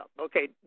okay